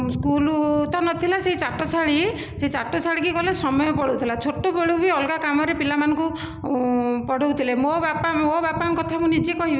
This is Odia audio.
ସ୍କୁଲ ତ ନଥିଲା ସେଇ ଚାଟଶାଳୀ ସେଇ ଚାଟଶାଳୀକି ଗଲେ ସମୟ ପଳାଉଥିଲା ଛୋଟବେଳୁ ବି ଅଲଗା କାମରେ ପିଲାମାନଙ୍କୁ ପଢ଼ାଉଥିଲେ ମୋ ବାପା ମୋ ବାପାଙ୍କ କଥା ମୁଁ ନିଜେ କହିବି